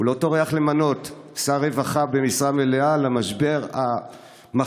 הוא לא טורח למנות שר רווחה במשרה מלאה במשבר המחפיר,